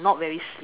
not very slim